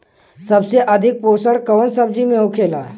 सबसे अधिक पोषण कवन सब्जी में होखेला?